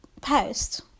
post